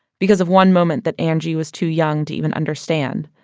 because of one moment that angie was too young to even understand,